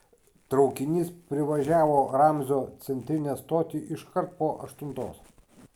traukinys privažiavo ramzio centrinę stotį iškart po aštuntos